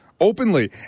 openly